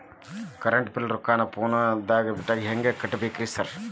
Current bill ರೊಕ್ಕಾನ phone ಪೇದಾಗ ಹೆಂಗ್ ಕಟ್ಟಬೇಕ್ರಿ ಸರ್?